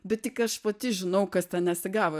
bet tik aš pati žinau kas ten nesigavo